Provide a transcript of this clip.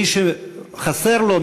מי שחסר לו,